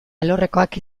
alorrekoak